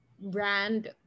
brand